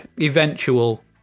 eventual